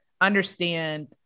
understand